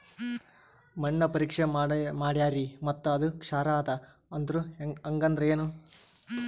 ಮಣ್ಣ ಪರೀಕ್ಷಾ ಮಾಡ್ಯಾರ್ರಿ ಮತ್ತ ಅದು ಕ್ಷಾರ ಅದ ಅಂದ್ರು, ಹಂಗದ್ರ ಏನು?